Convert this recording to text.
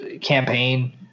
campaign